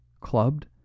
clubbed